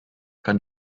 kann